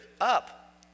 up